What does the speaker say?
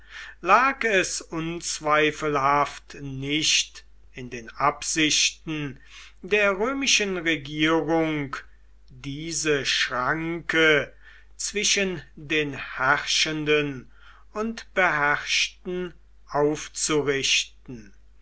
lag es unzweifelhaft nicht in den absichten der römischen regierung diese schranke zwischen den herrschenden und beherrschten aufzurichten